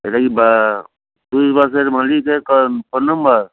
এটা কি বা পুরীর বাসের মালিকের কা ফোন নাম্বার